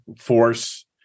force